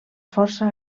força